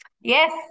Yes